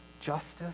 justice